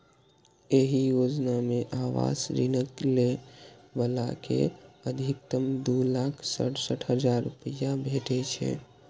एहि योजना मे आवास ऋणक लै बला कें अछिकतम दू लाख सड़सठ हजार रुपैया भेटै छै